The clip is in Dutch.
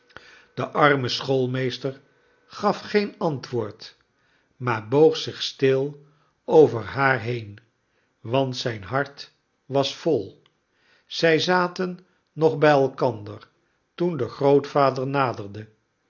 de arme schoolmeester gaf geen antwoord maar boog zich stil over haar been want zijn hart was vol zij zaten nog bij elkander toen de grootvader naderde